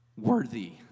worthy